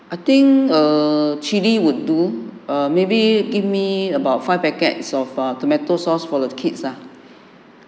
I think err chili would do err maybe give me about five packets of uh tomato sauce for the kids ah